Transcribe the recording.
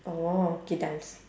orh okay dance